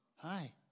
Hi